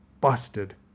Busted